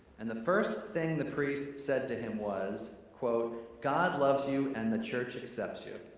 and the first thing the priest said to him was, quote, god loves you and the church accepts you.